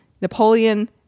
Napoleon